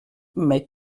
mais